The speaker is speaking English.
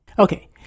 Okay